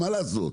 מה לעשות.